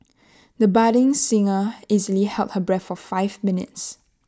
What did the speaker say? the budding singer easily held her breath for five minutes